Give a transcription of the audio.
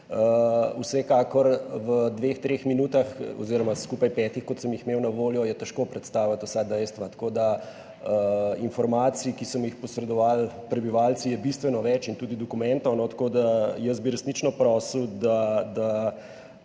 Vsekakor je v dveh, treh minutah oziroma skupaj petih, kolikor sem jih imel na voljo, težko predstaviti vsa dejstva. Informacij, ki so mi jih posredovali prebivalci, je bistveno več, in tudi dokumentov, tako da jaz bi resnično prosil, da